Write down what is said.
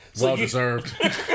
Well-deserved